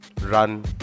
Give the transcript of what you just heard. run